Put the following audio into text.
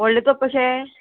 व्हडलें तोप कशें